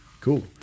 Cool